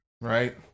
right